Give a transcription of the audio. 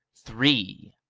three.